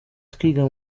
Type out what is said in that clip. twiga